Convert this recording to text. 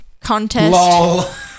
contest